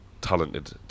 talented